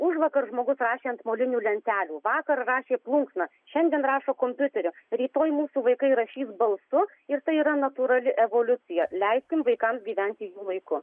užvakar žmogus rašė ant molinių lentelių vakar rašė plunksna šiandien rašo kompiuteriu rytoj mūsų vaikai rašys balsu ir tai yra natūrali evoliucija leiskim vaikams gyventi jų laiku